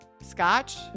scotch